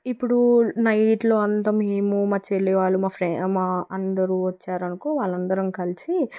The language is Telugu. ఇప్పుడు నైట్లో అంత మేము మా చెల్లి వాళ్ళు మా ఫ్రె మా అందరూ వచ్చారు అనుకో వాళ్ళందరం కలిసి